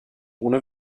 ohne